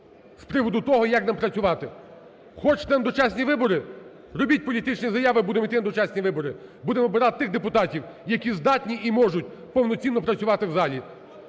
з приводу того, як нам працювати. Хочете на дочасні вибори – робіть політичні заяви, будемо йти на дочасні вибори. Будемо обирати тих депутатів, які здатні і можуть повноцінно працювати в залі.